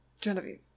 Genevieve